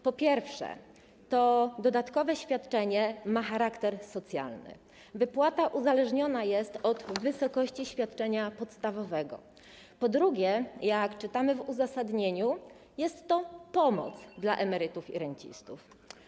Po pierwsze, to dodatkowe świadczenie ma charakter socjalny, wypłata uzależniona jest od wysokości świadczenia podstawowego, po drugie, jak napisano w uzasadnieniu, jest to pomoc dla emerytów i rencistów.